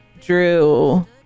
drew